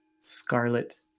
scarlet